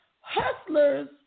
Hustlers